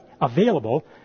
available